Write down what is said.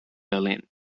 berlin